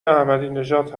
احمدینژاد